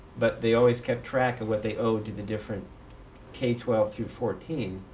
but they always kept track of what they owed to the different k twelve through fourteen.